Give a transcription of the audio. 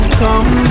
come